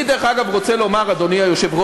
אני, דרך אגב, רוצה לומר, אדוני היושב-ראש,